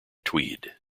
tweed